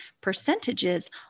percentages